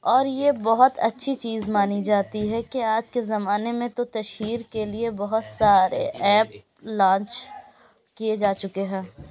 اور یہ بہت اچھی چیز مانی جاتی ہے کہ آج کے زمانے میں تو تشہیر کے لیے بہت سارے ایپ لانچ کیے جا چکے ہیں